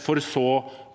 for så